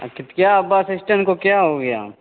अच्छा तो क्या बस इस्टैंड को क्या हो गया